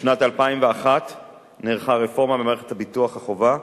בשנת 2001 נערכה רפורמה במערכת ביטוח החובה.